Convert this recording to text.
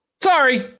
Sorry